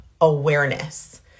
awareness